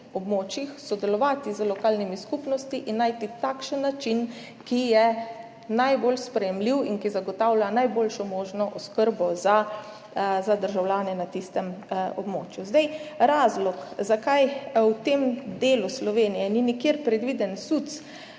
sodelovati z lokalnimi skupnostmi in najti takšen način, ki je najbolj sprejemljiv in ki zagotavlja najboljšo možno oskrbo za državljane na tistem območju. Razlog, zakaj v tem delu Slovenije ni nikjer predviden SUC,